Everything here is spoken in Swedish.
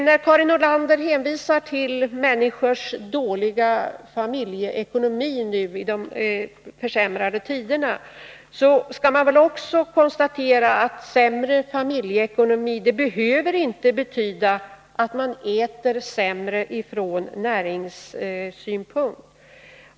När Karin Nordlander hänvisar till människornas dåliga familjeekonomi nu i de försämrade tiderna, skall man väl också konstatera att sämre familjeekonomi inte behöver betyda att man äter sämre ur näringssynpunkt.